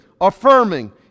affirming